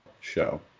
show